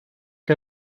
que